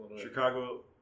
Chicago